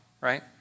right